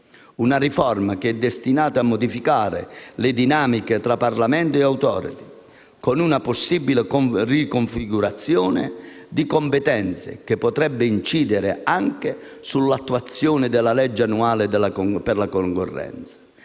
Una riforma che è destinata a modificare le dinamiche tra Parlamento e *authority*, con una possibile riconfigurazione di competenze che potrebbe incidere anche sull'attuazione della legge annuale per la concorrenza.